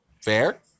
Fair